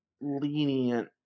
lenient